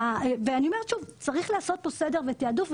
ואני אומרת שוב צריך לעשות פה סדר ותעדוף,